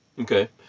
Okay